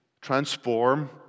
transform